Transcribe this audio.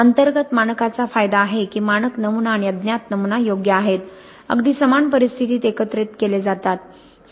अंतर्गत मानकाचा फायदा आहे की मानक नमुना आणि अज्ञात नमुना योग्य आहेत अगदी समान परिस्थितीत एकत्रित केले जातात